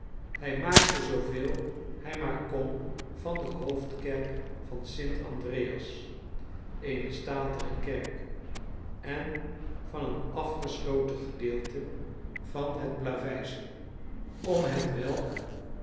hij maakte zooveel hij maar kon van de hoofdkerk van st andreas eene statige kerk en van een afgesloten gedeelte van tafereelen uit italie het plaveisel om hetwelk